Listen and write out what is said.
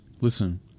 Listen